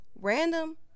random